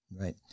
Right